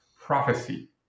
prophecy